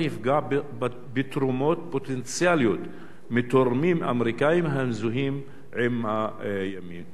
יפגע בתרומות פוטנציאליות מתורמים אמריקנים המזוהים עם הימין.